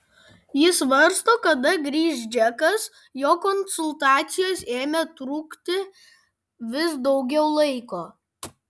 ji svarsto kada grįš džekas jo konsultacijos ėmė trukti vis daugiau laiko